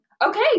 Okay